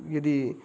यदि